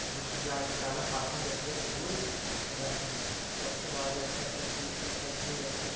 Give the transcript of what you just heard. تہٕ بہٕ چھُس زیٛادٕ کَران پسنٛد یہِ ہَسا یہِ اوٗرۍ گَژھُن تتہِ چھِ واریاہ فیسَلٹی تَتہِ چھِ یہِ ہَسا یہِ